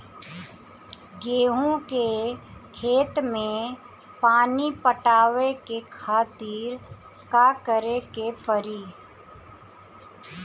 गेहूँ के खेत मे पानी पटावे के खातीर का करे के परी?